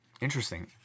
Interesting